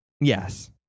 Yes